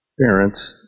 parents